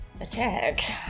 Attack